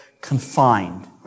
confined